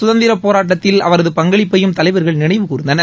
சுதந்திரப் போராட்டத்தில் அவரது பங்களிப்பையும் தலைவர்கள் நினைவு கூர்ந்தனர்